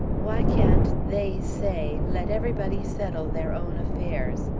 why can't they say let everybody settle their own affairs?